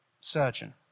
surgeon